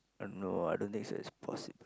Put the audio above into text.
no I don't think so that's possible